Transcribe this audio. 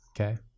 Okay